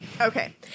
okay